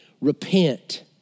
Repent